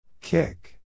Kick